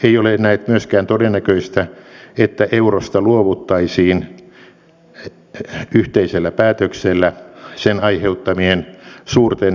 ei ole näet myöskään todennäköistä että eurosta luovuttaisiin yhteisellä päätöksellä sen aiheuttamien suurten hyvinvointitappioiden vuoksi